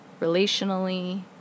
relationally